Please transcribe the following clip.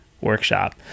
workshop